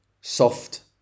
soft